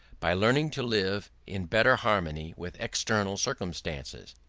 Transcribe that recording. by learning to live in better harmony with external circumstances.